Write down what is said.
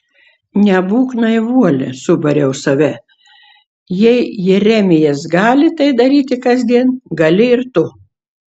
nebūk naivuolė subariau save jei jeremijas gali tai daryti kasdien gali ir tu